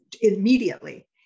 immediately